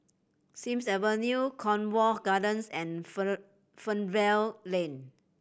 Sims Avenue Cornwall Gardens and Fernvale Lane